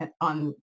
on